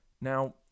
Now